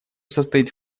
состоит